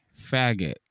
faggot